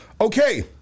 Okay